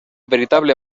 veritable